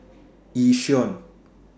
Yishion